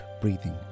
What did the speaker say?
breathing